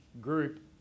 group